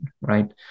right